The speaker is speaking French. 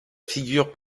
figure